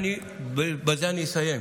בזה אני אסיים.